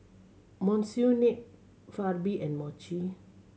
Monsunabe and Mochi